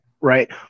right